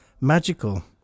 magical